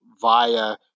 via